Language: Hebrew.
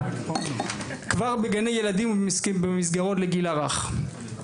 כבר בגני ילדים ובמסגרות לגיל הרך.